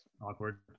Awkward